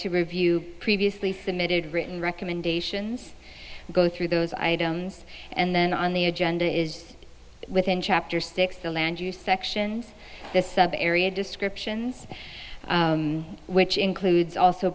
to review previously submitted written recommendations go through those items and then on the agenda is within chapter six the landrieu sections this area descriptions which includes also